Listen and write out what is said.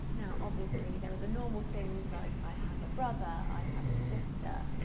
now, obviously, there are the normal things like, i have a brother, i have a sister,